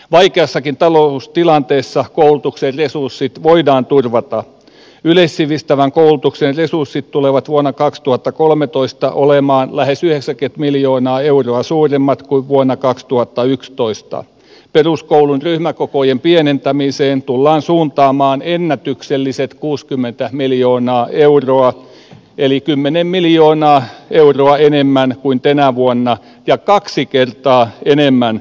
vaikeassakin taloustilanteessa koulutuksen resurssit voidaan turvata yleissivistävän koulutuksen resurssit tulevat vuonna kaksituhattakolmetoista olemaan lähes yleensäkin miljoonaa euroa suuremmat kuin vuonna kaksituhattayksitoista se peruskoulun ryhmäkokojen pienentämiseen tullaan suuntaamaan ennätykselliset kuusikymmentä miljoonaa euroa eli kymmenen miljoonaa euroa enemmän kuin tänä vuonna ja kaksi kertaa enemmän